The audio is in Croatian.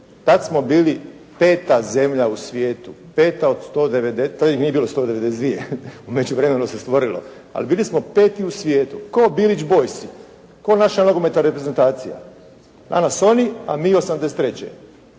tada smo bili peta zemlja u svijetu, peta od 192., nije ih bilo 192. u međuvremenu ih se stvorilo, ali bili smo peti u svijetu, kao Bilić boysi, kao naša nogometna reprezentacija, danas oni a mi '83.